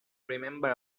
remember